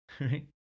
right